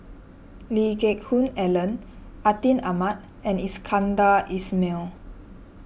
Lee Geck Hoon Ellen Atin Amat and Iskandar Ismail